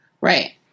right